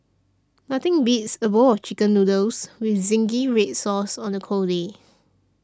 nothing beats a bowl of Chicken Noodles with Zingy Red Sauce on a cold day